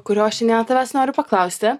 kurio aš šiandieną tavęs noriu paklausti